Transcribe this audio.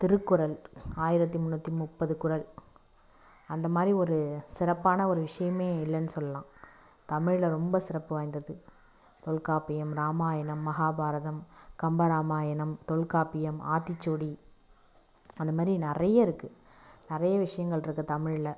திருக்குறள் ஆயிரத்து முன்னுற்றி முப்பது குறள் அந்த மாதிரி ஒரு சிறப்பான ஒரு விஷயமே இல்லைன்னு சொல்லலாம் தமிழ் ரொம்ப சிறப்பு வாய்ந்தது தொல்காப்பியம் ராமாயணம் மகாபாரதம் கம்பராமாயணம் தொல்காப்பியம் ஆத்திச்சூடி அந்த மாதிரி நிறைய இருக்கு நிறைய விஷயங்கள் இருக்கு தமிழில்